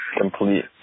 complete